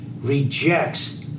rejects